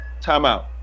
timeout